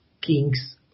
kings